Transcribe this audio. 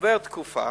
עוברת תקופה